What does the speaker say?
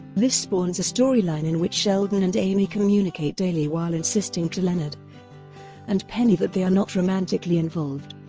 this spawns a storyline in which sheldon and amy communicate daily while insisting to leonard and penny that they are not romantically involved.